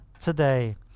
today